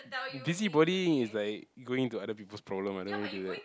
busybodying is like going into other people's problems I don't really do that